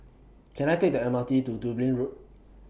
Can I Take The M R T to Dublin Road